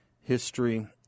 History